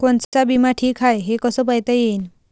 कोनचा बिमा ठीक हाय, हे कस पायता येईन?